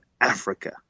Africa